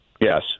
Yes